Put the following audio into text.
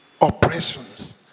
oppressions